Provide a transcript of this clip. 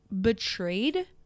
betrayed